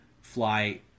fly